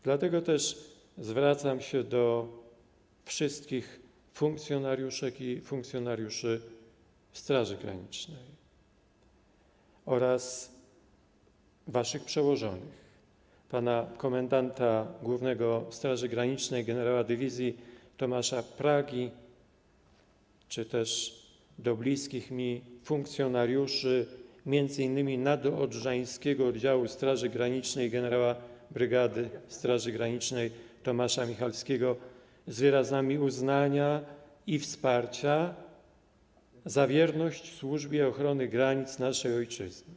Dlatego też zwracam się do wszystkich funkcjonariuszek i funkcjonariuszy Straży Granicznej oraz waszych przełożonych, pana komendanta głównego Straży Granicznej gen. dywizji Tomasza Pragi, czy też do bliskich mi funkcjonariuszy, m.in. Nadodrzańskiego Oddziału Straży Granicznej, gen. bryg. Straży Granicznej Tomasza Michalskiego, z wyrazami uznania i wsparcia za wierność służbie ochrony granic naszej ojczyzny.